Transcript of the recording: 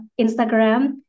Instagram